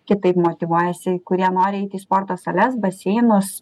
kitaip motyvuojasi kurie nori eit į sporto sales baseinus